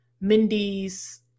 mindy's